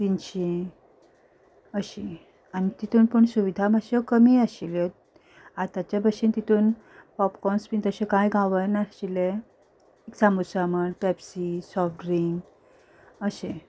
तिनशीं अशी आनी तितून पूण सुविदा मातश्यो कमी आशिल्ल्यो आतां भशेन तितून पॉपकॉर्न्स बीन तशें कांय गावनाशिल्लें सामोसा म्हण पेप्सी सॉफ्ट ड्रिंक अशें